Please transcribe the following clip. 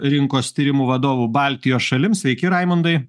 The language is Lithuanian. rinkos tyrimų vadovu baltijos šalims sveiki raimundai